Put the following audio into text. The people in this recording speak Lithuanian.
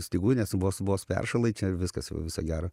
stygų nes vos vos peršalai čia ir viskas jau viso gero